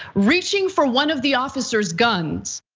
reaching for one of the officer's guns.